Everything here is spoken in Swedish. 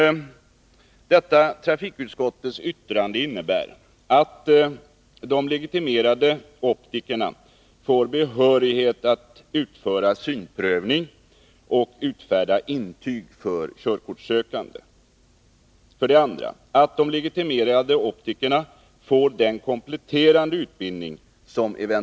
För det första: Innebär trafikutskottets yttrande att de legitimerade optikerna får behörighet att utföra synprövning och utfärda intyg för körkortssökande? För det andra: Innebär skrivningen att de legitimerade optikerna får den kompletterande utbildning som krävs?